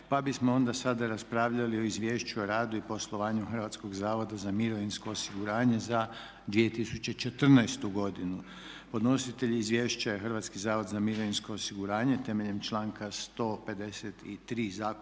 pa bismo onda sada raspravljali o - Izvješće o radu i poslovanju Hrvatskog zavoda za mirovinsko osiguranje za 2014. godinu Podnositelj izvješća je Hrvatski zavod za mirovinsko osiguranje temeljem članka 153. Zakona